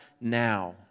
now